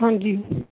ਹਾਂਜੀ